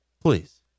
Please